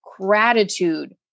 gratitude